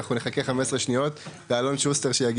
אנחנו נחכה 15 שניות לאלון שוסטר שיגיע.